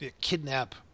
Kidnap